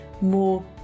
more